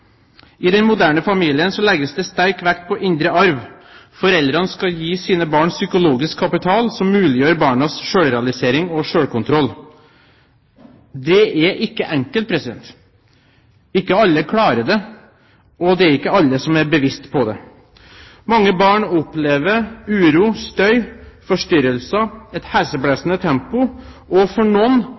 I den moderne familien legges det sterk vekt på indre arv. Foreldrene skal gi sine barn psykologisk kapital som muliggjør barnas selvrealisering og selvkontroll. Det er ikke enkelt – ikke alle klarer det, og det er ikke alle som er bevisst dette. Mange barn opplever uro, støy, forstyrrelser og et heseblesende tempo, og for noen